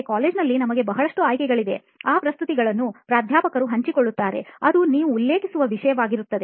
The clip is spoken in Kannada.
ಆದರೆ ಕಾಲೇಜಿನಲ್ಲಿ ನಮಗೆ ಬಹಳಷ್ಟು ಆಯ್ಕೆಗಳಿವೆ ಆ ಪ್ರಸ್ತುತಿಗಳನ್ನು ಪ್ರಾಧ್ಯಾಪಕರು ಹಂಚಿಕೊಳ್ಳುತ್ತಾರೆ ಅದು ನೀವು ಉಲ್ಲೇಖಿಸುವ ವಿಷಯವಾಗಿರುತ್ತದೆ